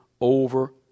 over